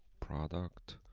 product,